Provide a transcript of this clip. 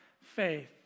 faith